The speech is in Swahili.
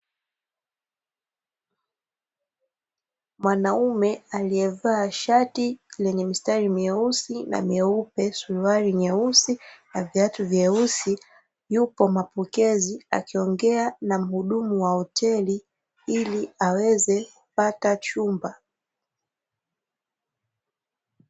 Mwanaume aliyevaa shati lenye mistari mieusi na mieupe, suruali nyeusi na viatu vyeusi yupo mapokezi akiongea na muhudu wa hoteli ili aweze kupata chumba .